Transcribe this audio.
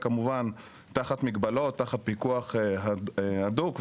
כמובן, תחת מגבלות, תחת פיקוח הדוק ומסודר.